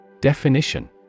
Definition